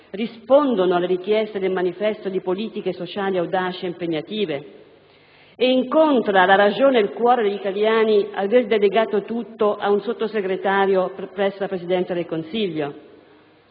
rispondono alle richieste del manifesto di politiche sociali audaci e impegnative? Incontra la ragione e il cuore degli italiani l'aver delegato tutto ad un sottosegretario presso la Presidenza del Consiglio?